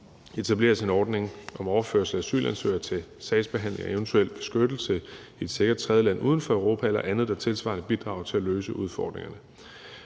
etablere en ordning om overførsel af asylansøgere til sagsbehandling og eventuel beskyttelse i et sikkert tredjeland uden for Europa eller andet, der tilsvarende bidrager til at løse udfordringerne.